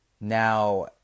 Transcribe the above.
Now